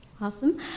Awesome